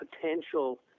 potential